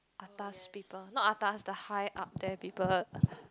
atas people not atas the high up there people